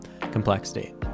complexity